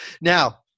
Now